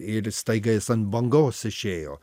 ir staiga jis ant bangos išėjo